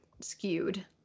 skewed